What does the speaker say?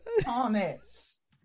Thomas